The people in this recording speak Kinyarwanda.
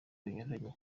binyuranye